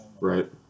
Right